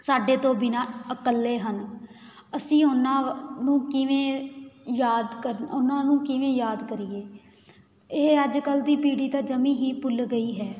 ਸਾਡੇ ਤੋਂ ਬਿਨਾਂ ਇਕੱਲੇ ਹਨ ਅਸੀਂ ਉਹਨਾਂ ਨੂੰ ਕਿਵੇਂ ਯਾਦ ਕਰਨਾ ਉਹਨਾਂ ਨੂੰ ਕਿਵੇਂ ਯਾਦ ਕਰੀਏ ਇਹ ਅੱਜ ਕੱਲ੍ਹ ਦੀ ਪੀੜ੍ਹੀ ਤਾਂ ਜਮੀ ਹੀ ਭੁੱਲ ਗਈ ਹੈ